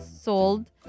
sold